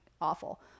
awful